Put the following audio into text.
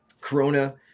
Corona